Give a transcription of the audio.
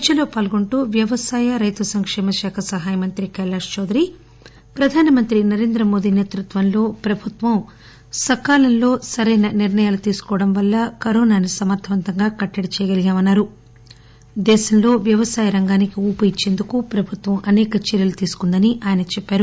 చర్చలో పాల్గొంటూ వ్యవసాయ రైతు సంకేమశాఖ సహాయమంత్రి కైలాష్ చౌదరి ప్రధాన మంత్రి నరేంద్ర మోదీ నేతృత్వంలో ప్రభుత్వం సకాలంలో సరైన నిర్ణయం తీసుకోవడం వల్ల కరవుని సమర్దవంతంగా కట్టడి చేయగలిగామని చెప్పారు దేశంలో వ్యవసాయ రంగానికి ఉపు ఇచ్చేందుకు ప్రభుత్వం అనేక చర్యలు తీసుకుందని ఆయన చెప్పారు